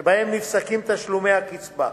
שבהם נפסקים תשלומי הקצבה.